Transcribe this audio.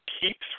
keeps